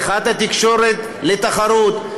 פתיחת התקשורת לתחרות,